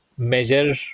measure